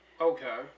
Okay